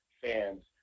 fans